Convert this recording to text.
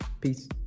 Peace